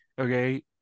okay